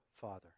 Father